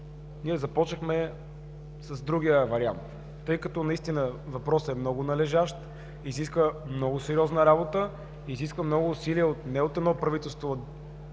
започнахме с другия вариант, тъй като въпросът наистина е много належащ, изисква много сериозна работа, изисква много усилия не от едно правителство,